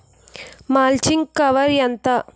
Mulching cover ఎంత?